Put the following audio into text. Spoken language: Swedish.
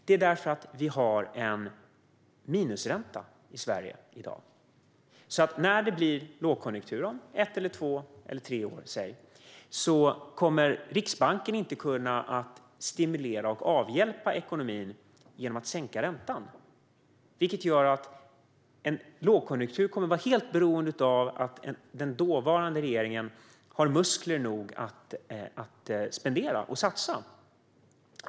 Vi har nämligen minusränta i Sverige i dag. När det blir lågkonjunktur om ett, två eller tre år kommer Riksbanken alltså inte att kunna avhjälpa den och stimulera ekonomin genom att sänka räntan. Vid en lågkonjunktur kommer vi därför att vara helt beroende av att den dåvarande regeringen hade muskler nog att spendera och satsa.